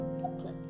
booklets